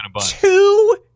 two